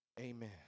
Amen